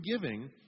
giving